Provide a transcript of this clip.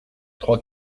trois